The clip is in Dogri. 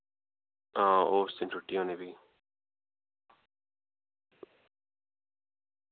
आं उस दिन छुट्टी होनी भी